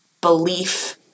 belief